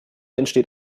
entsteht